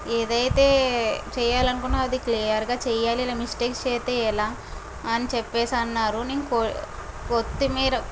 ఏదైతే చేయాలనుకున్న అది క్లియర్ గా చేయాలి ఇలా మిస్టేక్స్ చేస్తే ఎలా అని చెప్పేసి అన్నారు నేను కొ కొత్తిమీర